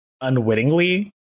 unwittingly